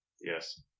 Yes